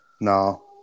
No